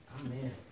Amen